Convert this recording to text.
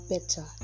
better